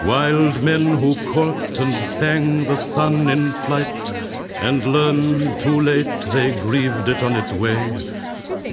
wild men who caught and sang the sun in flight and learn, too late, they grieved it on its way